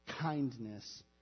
kindness